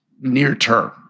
near-term